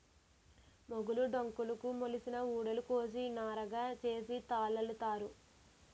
మొగులు డొంకలుకు మొలిసిన ఊడలు కోసి నారగా సేసి తాళల్లుతారు